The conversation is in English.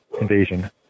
invasion